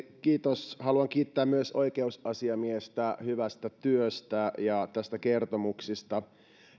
haluan myös kiittää oikeusasiamiestä hyvästä työstä ja tästä kertomuksesta